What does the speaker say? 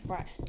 Right